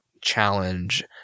challenge